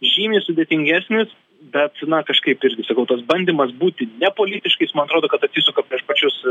žymiai sudėtingesnis bet na kažkaip irgi sakau tas bandymas būti nepolitiškais man atrodo kad atsisuka prieš pačius